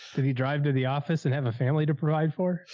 did he drive to the office and have a family to provide for,